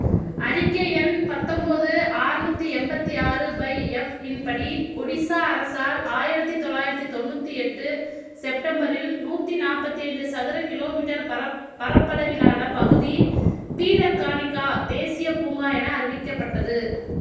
அறிக்கை எண் பத்தொம்போது ஆறுநூற்றி எண்பத்தி ஆறு பய் எஃப் இன் படி ஒடிசா அரசால் ஆயிரத்தி தொள்ளாயிரத்தி தொண்ணூற்றி எட்டு செப்டம்பரில் நூற்றி நாற்பத்தி ஐந்து சதுர கிலோமீட்டர் பரப்பளவிலான பகுதி பீதர்கனிக்கா தேசிய பூங்கா என அறிவிக்கப்பட்டது